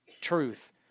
truth